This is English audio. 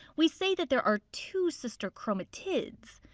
we say that there are two sister chromatids.